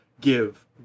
give